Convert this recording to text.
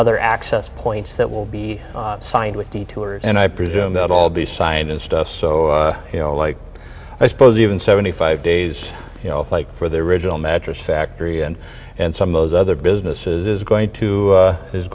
other access points that will be signed with the tour and i presume that all be signed and stuff so you know like i suppose even seventy five days you know fight for the original mattress factory and and some of these other businesses is going to